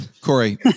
Corey